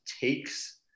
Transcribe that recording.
takes